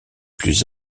plus